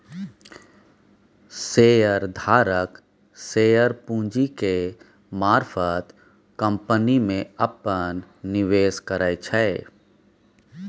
share धारक share पूंजी के मारफत कंपनी में अप्पन निवेश करै छै